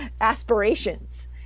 aspirations